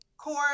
corn